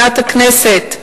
מבחינת הכנסת,